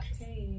Okay